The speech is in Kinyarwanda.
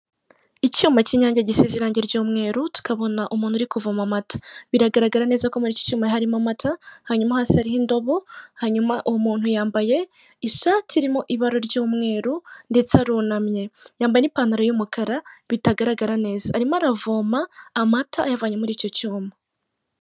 Icyuma cy'Inyange gisize irange ry'umweru, tukabona umuntu uri kuvoma amata, biragaragara neza ko muri iki cyuma harimo amata, hanyuma hasi hariho indobo, hanyuma uwo muntu yambaye ishati irimo ibara ry'umweru, ndetse arunamye, yambaye n'ipantaro y'umukara bitagaragara neza, arimo aravoma amata ayavanye muri icyo cyuma.